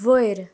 वयर